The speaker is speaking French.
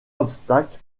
obstacles